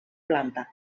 planta